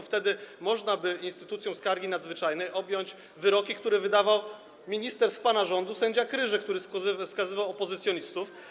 Wtedy można by instytucją skargi nadzwyczajnej objąć wyroki, które wydawał minister z pana rządu, sędzia Kryże, który skazywał opozycjonistów.